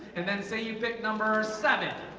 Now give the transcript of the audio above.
and then say you pick number seven.